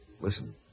Listen